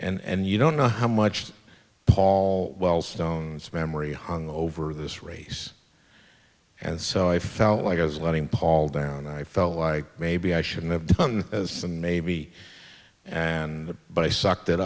and you don't know how much paul wellstone memory hung over this race and so i felt like i was letting paul down i felt like maybe i shouldn't have done as some maybe and but i suck